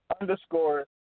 underscore